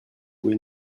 louer